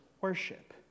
worship